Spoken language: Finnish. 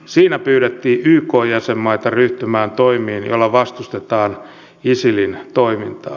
siinä pyydettiin ykn jäsenmaita ryhtymään toimiin joilla vastustetaan isilin toimintaa